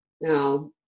Now